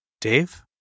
Dave